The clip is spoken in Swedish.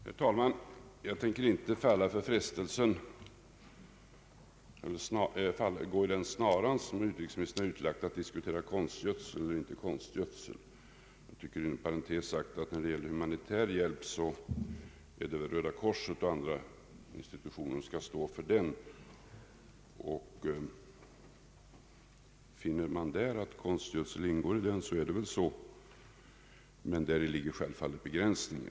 Herr talman! Jag tänker inte gå i den snara som utrikesministern har utlagt — att diskutera konstgödsel eller inte konstgödsel. Jag tycker inom parentes sagt att det är Röda korset och andra organisationer som skall stå för humanitär hjälp. Finner man där att konstgödsel ingår i denna hjälp så är det väl så. Men däri ligger självfallet begränsningen.